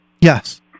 Yes